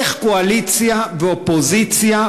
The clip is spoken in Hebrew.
איך קואליציה ואופוזיציה,